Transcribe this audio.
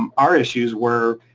um our issues were,